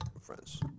friends